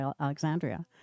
Alexandria